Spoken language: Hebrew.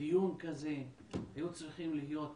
בדיון כזה הם היו צריכים להיות נוכחים,